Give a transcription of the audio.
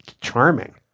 charming